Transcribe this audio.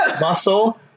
muscle